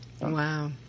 Wow